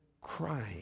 crying